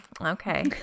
Okay